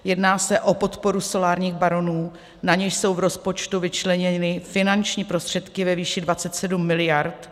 Jedná se o podporu solárních baronů, na něž jsou v rozpočtu vyčleněny finanční prostředky ve výši 27 miliard.